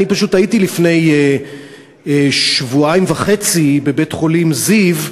אני הייתי לפני שבועיים וחצי בבית-חולים זיו,